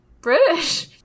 British